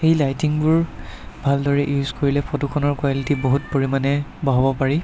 এই লাইটিংবোৰ ভালদৰে ইউজ কৰিলে ফটোখনৰ কোৱালিটি বহুত পৰিমাণে বঢ়াব পাৰি